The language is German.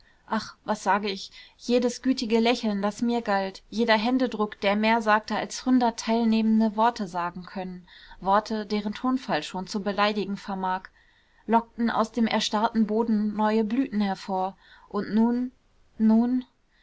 ach was sage ich jedes gütige lächeln das mir galt jeder händedruck der mehr sagte als hundert teilnehmende worte sagen könnten worte deren tonfall schon zu beleidigen vermag lockten aus dem erstarrten boden neue blüten hervor und nun nun